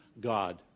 God